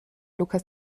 lukas